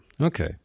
Okay